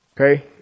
Okay